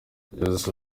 kugeza